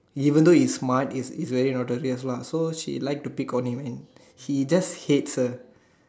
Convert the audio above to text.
even though he is smart he is very notorious lah so she like to pick on him he just hates her